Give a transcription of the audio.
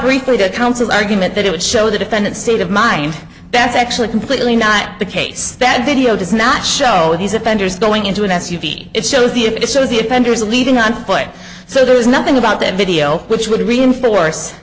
briefly to counsel argument that it would show the defendant seat of mind that's actually completely not the case that video does not show these offenders going into an s u v it shows the it shows the offender is leaving on foot so there was nothing about that video which would reinforce